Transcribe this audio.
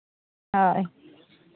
ᱦᱳᱭ